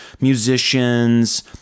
musicians